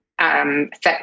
set